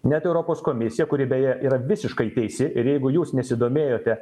net europos komisija kuri beje yra visiškai teisi ir jeigu jūs nesidomėjote